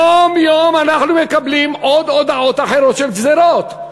יום-יום אנחנו מקבלים הודעות אחרות של גזירות.